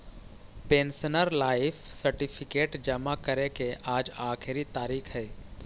pensioner life certificate जमा करे के आज आखिरी तारीख हइ